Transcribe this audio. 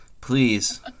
Please